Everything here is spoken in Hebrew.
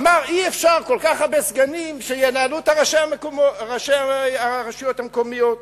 אמר: אי-אפשר שכל כך הרבה סגנים ינהלו את ראשי הרשויות המקומיות.